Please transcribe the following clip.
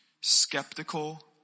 skeptical